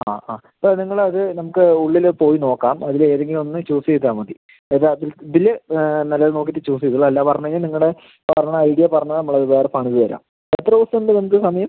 ആ ആ അപ്പം നിങ്ങൾ അത് നമുക്ക് ഉള്ളില് പോയി നോക്കാം അതിൽ ഏതെങ്കിലും ഒന്ന് ചൂസ് ചെയ്താൽ മതി അപ്പം അതിൽ ഇതില് നല്ലത് നോക്കിയിട്ട് ചൂസ് ചെയ്യാം ഇത് അല്ല പറഞ്ഞ് കഴിഞ്ഞാൽ നിങ്ങളുടെ വേറെ ഐഡിയ പറഞ്ഞാൽ നമ്മൾ അത് വേറെ പണിത് തരാം എത്ര ദിവസം ഉണ്ട് നിങ്ങൾക്ക് സമയം